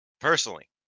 Personally